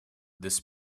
this